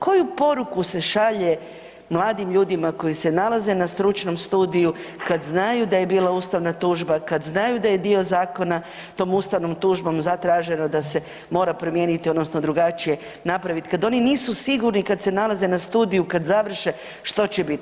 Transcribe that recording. Koju poruku se šalje mladim ljudima koji se nalaze na stručnom studiju kad znaju da je bila ustavna tužba, kad znaju da je dio zakona tom ustavnom tužbom zatraženo da se moram promijeniti odnosno drugačije napraviti kad oni nisu sigurni kad se nalaze na studiju kad završe što će biti?